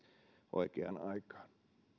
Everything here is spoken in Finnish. oikeaan aikaan